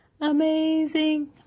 amazing